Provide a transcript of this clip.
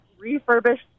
refurbished